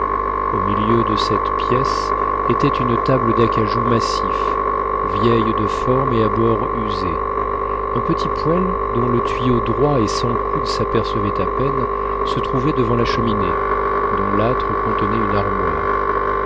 au milieu de cette pièce était une table d'acajou massif vieille de formes et à bords usés un petit poêle dont le tuyau droit et sans coude s'apercevait à peine se trouvait devant la cheminée dont l'âtre contenait une armoire